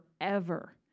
Forever